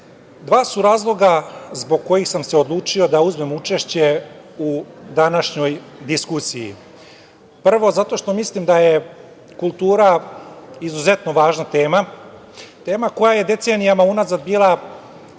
su razloga zbog kojih sam se odlučio da uzmem učešće u današnjoj diskusiji. Prvo, zato što mislim da je kultura izuzetno važna tema, tema koja je decenijama unazad bila